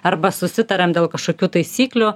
arba susitariam dėl kažkokių taisyklių